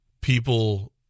people